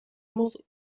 muss